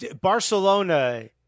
Barcelona